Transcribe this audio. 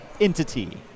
entity